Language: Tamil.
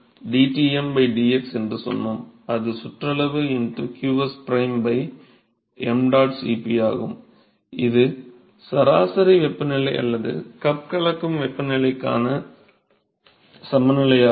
dTm dx என்று சொன்னோம் அது சுற்றளவு qsprime ṁ Cp இது சராசரி வெப்பநிலை அல்லது கப் கலவை வெப்பநிலைக்கான சமநிலையாகும்